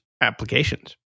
applications